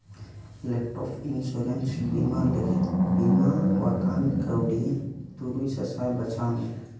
laptop insurance ᱵᱤᱢᱟᱹ ᱞᱟᱹᱜᱤᱫ ᱵᱤᱢᱟᱣᱟᱠᱟᱱ ᱠᱟᱹᱣᱰᱤ ᱛᱩᱨᱩᱭ ᱥᱟᱥᱟᱭ ᱵᱟᱪᱷᱟᱣ ᱢᱮ